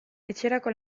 etxerako